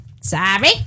sorry